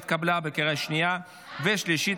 התקבלה בקריאה השנייה והשלישית,